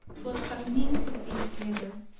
but by means of this letter,